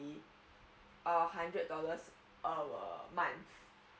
a hundred dollars a month